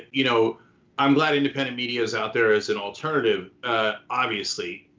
you know i'm glad independent media is out there as an alternative obviously.